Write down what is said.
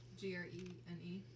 G-R-E-N-E